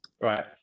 Right